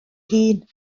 hun